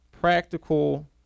practical